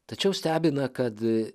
tačiau stebina kad